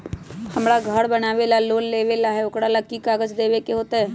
हमरा घर बनाबे ला लोन लेबे के है, ओकरा ला कि कि काग़ज देबे के होयत?